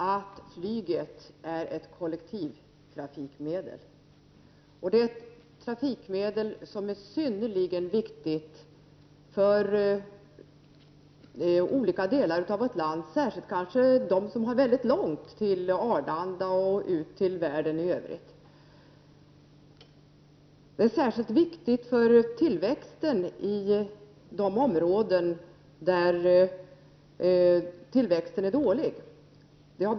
Herr talman! Låt mig först slå fast att flyget är ett kollektivtrafikmedel. Det är synnerligen viktigt för olika delar av vårt land och främst för människor som har långt till Arlanda och till världen utanför vårt land. Speciellt viktigt är flyget för de områden där tillväxten är dålig.